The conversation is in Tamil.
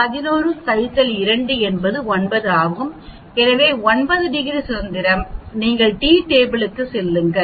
11 2 என்பது 9 ஆகும் எனவே 9 டிகிரி சுதந்திரம் நீங்கள் டி டேபிளுக்குச் செல்லுங்கள்